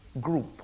group